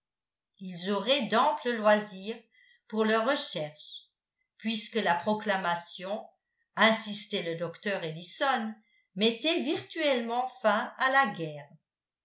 ils auraient d'amples loisirs pour leurs recherches puisque la proclamation insistait le docteur ellison mettait virtuellement fin à la guerre